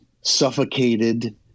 suffocated